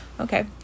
Okay